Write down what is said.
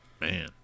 Man